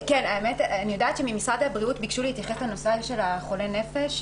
אני יודעת שממשרד הבריאות ביקשו להתייחס לנושא של חולי הנפש,